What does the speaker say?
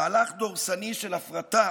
מהלך דורסני של הפרטה